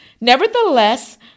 Nevertheless